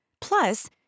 plus